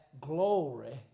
glory